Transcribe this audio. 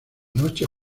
noche